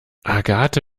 agathe